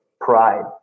pride